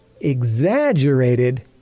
exaggerated